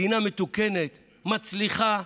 מדינה מתוקנת, מצליחה,